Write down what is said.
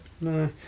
No